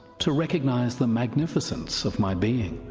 to recognise the magnificence of my being.